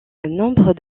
nombre